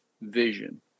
vision